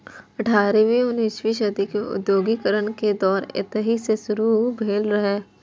अठारहवीं उन्नसवीं सदी मे औद्योगिकीकरण के दौर एतहि सं शुरू भेल रहै